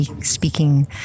speaking